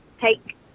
take